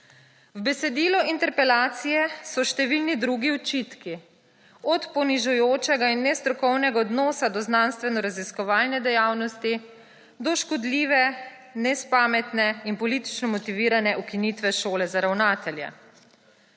V besedilu interpelacije so številni drugi očitki, od ponižujočega in nestrokovnega odnosa do znanstvenoraziskovalne dejavnosti do škodljive, nespametne in politično motivirane ukinitve šole za ravnatelje.